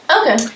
Okay